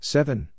Seven